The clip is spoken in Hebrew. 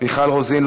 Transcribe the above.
מיכל רוזין,